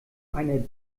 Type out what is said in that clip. einer